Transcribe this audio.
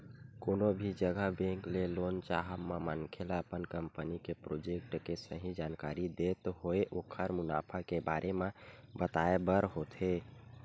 कोनो भी जघा बेंक ले लोन चाहब म मनखे ल अपन कंपनी के प्रोजेक्ट के सही जानकारी देत होय ओखर मुनाफा के बारे म बताय बर होथे